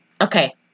Okay